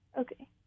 Okay